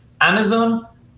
Amazon